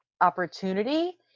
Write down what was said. opportunity